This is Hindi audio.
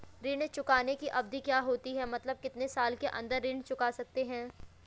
ऋण चुकाने की अवधि क्या होती है मतलब कितने साल के अंदर ऋण चुका सकते हैं?